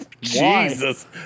Jesus